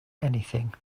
anything